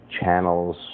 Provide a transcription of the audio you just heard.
channels